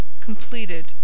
completed